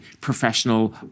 professional